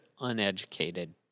uneducated